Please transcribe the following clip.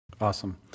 Awesome